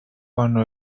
cuando